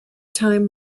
time